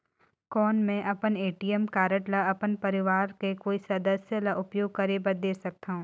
कौन मैं अपन ए.टी.एम कारड ल अपन परवार के कोई सदस्य ल उपयोग करे बर दे सकथव?